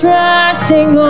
resting